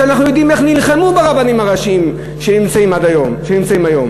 כשאנחנו יודעים איך נלחמו ברבנים הראשיים שנמצאים היום.